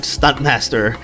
Stuntmaster